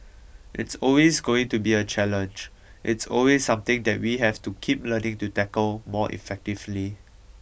it's always going to be a challenge it's always something that we have to keep learning to tackle more effectively